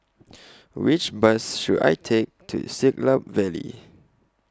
Which Bus should I Take to Siglap Valley